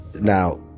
Now